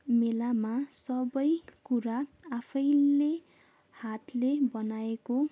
यस मेलामा सबै कुरा आफैले हातले बनाएको